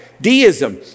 Deism